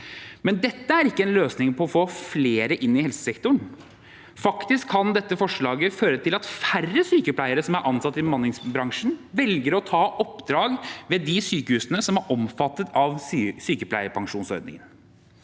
Men dette er ikke en løsning på det å få flere inn i helsesektoren. Faktisk kan dette forslaget føre til at færre sykepleiere som er ansatt i bemanningsbransjen, velger å ta oppdrag ved de sykehusene som er omfattet av sykepleierpensjonsordningen.